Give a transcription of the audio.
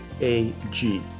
a-g